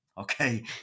Okay